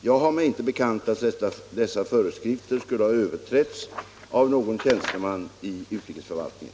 Jag har mig inte bekant att dessa föreskrifter skulle ha överträtts av någon tjänsteman i utrikesförvaltningen.